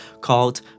called